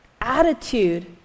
attitude